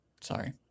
Sorry